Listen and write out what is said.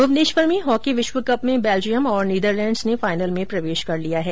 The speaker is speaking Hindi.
भुवनेश्वर में हॉकी विश्व कप में बेल्जियम और नीदरलैंड्स ने फाइनल में प्रवेश कर लिया है